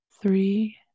three